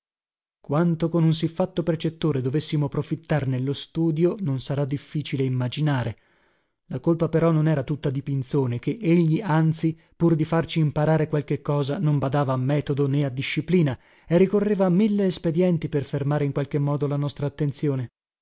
quanto con un siffatto precettore dovessimo profittar nello studio non sarà difficile immaginare la colpa però non era tutta di pinzone ché egli anzi pur di farci imparare qualche cosa non badava a metodo né a disciplina e ricorreva a mille espedienti per fermare in qualche modo la nostra attenzione